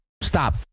stop